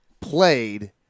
played